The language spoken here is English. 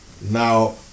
Now